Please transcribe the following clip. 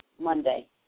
Monday